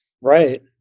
Right